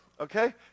okay